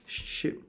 sheep